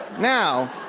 now,